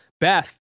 Beth